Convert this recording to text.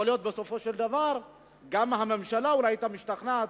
יכול להיות שבסופו של דבר גם הממשלה אולי היתה משתכנעת,